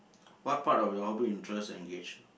what part of your hobby interest engage you